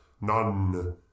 None